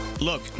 Look